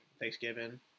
Thanksgiving